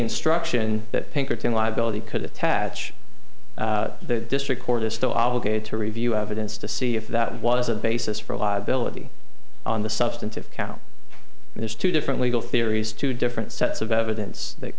liability could attach the district court is still obligated to review evidence to see if that was a basis for liability on the substantive count and there's two different legal theories two different sets of evidence that